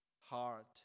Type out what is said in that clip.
heart